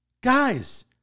Guys